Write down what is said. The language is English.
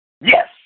Yes